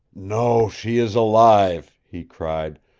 no, she is alive, he cried.